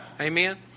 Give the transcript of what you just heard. Amen